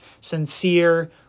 sincere